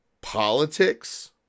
politics